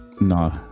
No